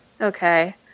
Okay